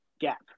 gap